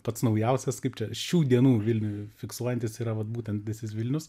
pats naujausias kaip čia šių dienų vilnių fiksuojantis yra vat būtent this is vilnius